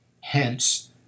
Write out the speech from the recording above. Hence